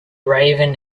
raven